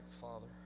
Father